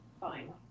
fine